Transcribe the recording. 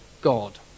God